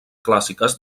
clàssiques